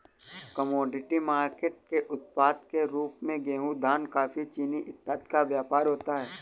commodity market के उत्पाद के रूप में गेहूं धान कॉफी चीनी इत्यादि का व्यापार होता है